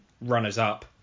runners-up